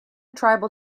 tribal